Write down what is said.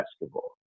basketball